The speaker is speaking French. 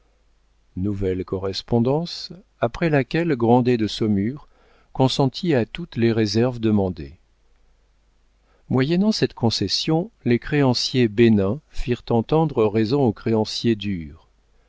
nouvelle correspondance après laquelle grandet de saumur consentit à toutes les réserves demandées moyennant cette concession les créanciers bénins firent entendre raison aux créanciers durs